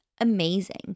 amazing